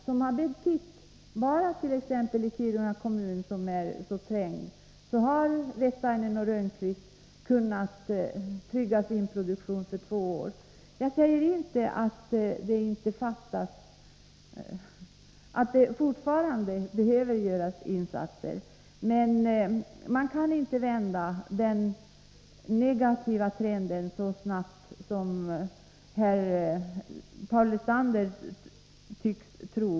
Detta har betytt mycket bara i Kiruna kommun, som är så trängd. Där har AB Rönnquist & Wettainen Mekaniska Verkstad kunnat trygga sin produktion för två år. Jag säger inte att det inte behöver göras insatser nu, men man kan inte vända den negativa trenden så snabbt som Paul Lestander tycks tro.